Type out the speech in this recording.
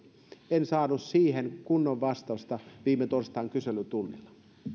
en saanut siihen kunnon vastausta viime torstain kyselytunnilla